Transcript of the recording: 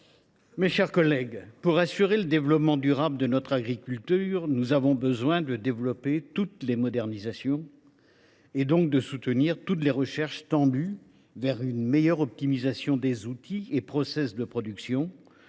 mes chers collègues, pour assurer le développement durable de notre agriculture, nous avons besoin de promouvoir toutes les modernisations, donc de soutenir toutes les recherches tendant à l’optimisation des outils et des process de production,